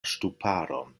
ŝtuparon